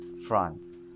front